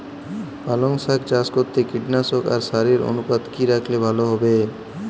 পালং শাক চাষ করতে কীটনাশক আর সারের অনুপাত কি রাখলে ভালো হবে?